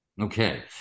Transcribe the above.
Okay